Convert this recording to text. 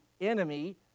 enemy